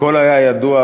הכול היה ידוע,